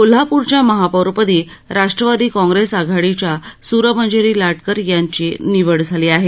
कोल्हापूरच्या महापोरपदी राष्ट्रवादी काँग्रेस आघाडीच्या सूरमंजिरी लाटकर यांची निवड झाली आहे